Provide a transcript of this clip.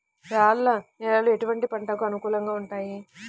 రాళ్ల నేలలు ఎటువంటి పంటలకు అనుకూలంగా ఉంటాయి?